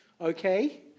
okay